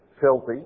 filthy